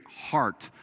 heart